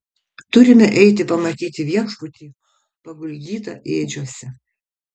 turime eiti pamatyti viešpatį paguldytą ėdžiose